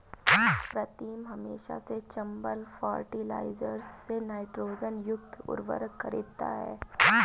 प्रीतम हमेशा से चंबल फर्टिलाइजर्स से नाइट्रोजन युक्त उर्वरक खरीदता हैं